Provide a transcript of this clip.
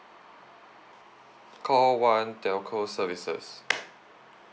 call one telco services